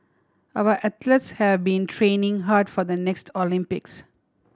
our athletes have been training hard for the next Olympics